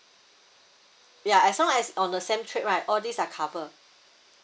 ya as long as on the same trip right all these are cover